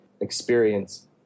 experience